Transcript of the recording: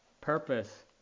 purpose